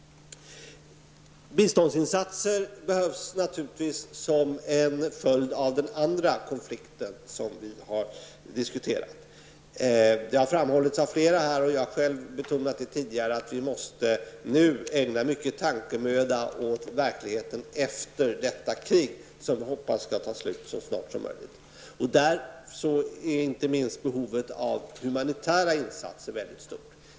Det behövs naturligtvis också biståndsinsatser som en följd av den andra konflikt som vi har diskuterat. Vi måste nu ägna mycken tankemöda åt verkligheten efter detta krig, som vi hoppas skall ta slut så snart som möjligt. Det har framhållits av flera talare här i dag, och jag har själv betonat detta tidigare. Behovet av inte minst humanitära insatser är mycket stort.